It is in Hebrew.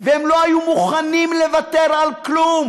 והם לא היו מוכנים לוותר על כלום,